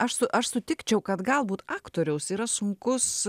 aš su aš sutikčiau kad galbūt aktoriaus yra sunkus